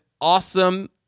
awesome